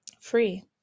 free